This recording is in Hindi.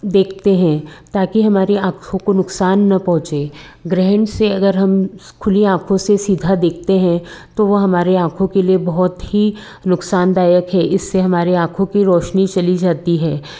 देखते हैं ताकि हमारी आँखों को नुकसान न पहुँचे ग्रहण से अगर हम खुली आँखों से सीधा देखते हैं तो वह हमारे आँखों के लिए बहुत ही नुकसानदायक है इससे हमारी आँखों की रोशनी चली जाती है